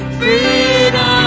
freedom